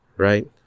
Right